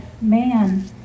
Man